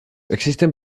existen